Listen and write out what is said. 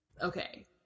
Okay